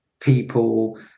people